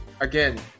Again